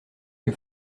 que